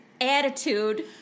attitude